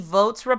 votes